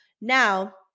Now